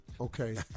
Okay